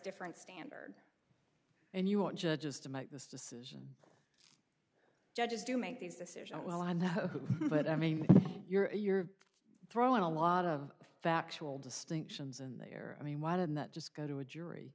different standard and you want judges to make this decision judges do make these decisions well i know but i mean you're throwing a lot of factual distinctions in there i mean why didn't that just go to a jury